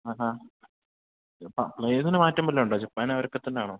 ആഹാ ഇപ്പം പ്ളയേർസിന് മാറ്റം വല്ലതുമുണ്ടോ ജപ്പാനും അവരക്കെ തന്നെയാണോ